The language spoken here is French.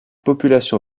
population